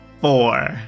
Four